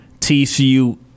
TCU